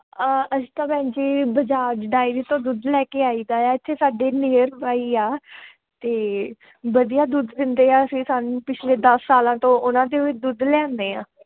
ਅਸੀਂ ਤਾਂ ਭੈਣ ਜੀ ਬਜਾਜ ਡਾਇਰੀ ਤੋਂ ਦੁੱਧ ਲੈ ਕੇ ਆਈਦਾ ਆ ਇੱਥੇ ਸਾਡੇ ਨੀਅਰ ਬਾਈ ਆ ਅਤੇ ਵਧੀਆ ਦੁੱਧ ਦਿੰਦੇ ਆ ਅਸੀਂ ਸਾਨੂੰ ਪਿਛਲੇ ਦਸ ਸਾਲਾਂ ਤੋਂ ਉਹਨਾਂ ਤੋਂ ਓ ਦੁੱਧ ਲਿਆਉਂਦੇ ਹਾਂ